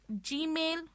gmail